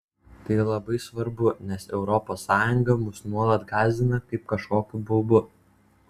tai labai svarbu nes europos sąjunga mus nuolat gąsdina kaip kažkokiu baubu